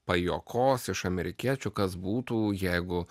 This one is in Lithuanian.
pajuokos iš amerikiečių kas būtų jeigu